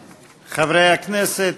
חברי הכנסת,